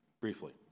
briefly